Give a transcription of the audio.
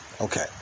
okay